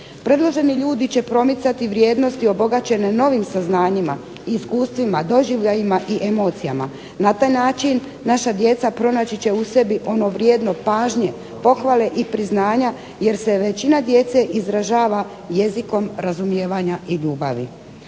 Predloženi ljudi će promicati vrijednosti obogaćene novim saznanjima, iskustvima, doživljajima i emocijama. Na taj način naša djeca pronaći će u sebi ono vrijedno pažnje, pohvale i priznanja jer se većina djece izražava jezikom razumijevanja i ljubavi.